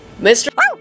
Mr